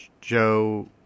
Joe